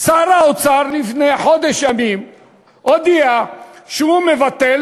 שר האוצר לפני חודש ימים הודיע שהוא מבטל